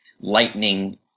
lightning